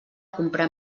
comprar